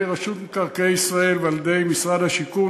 רשות מקרקעי ישראל ועל-ידי משרד השיכון.